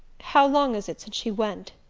how long is it since she went?